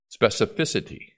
Specificity